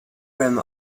rim